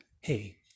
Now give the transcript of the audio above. hey